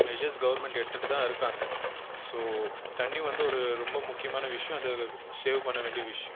message government எடுத்துகிட்டு தான் இருக்காங்க ஸோ தண்ணி வந்து ஒரு ரொம்ப முக்கியமான விஷயம் அது ஸ்சேவ் பண்ண வேண்டிய விஷயம்